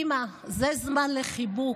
אימא, זה זמן לחיבוק.